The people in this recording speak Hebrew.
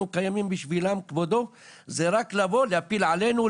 אנחנו קיימים בשבילם רק כדי להפיל עלינו,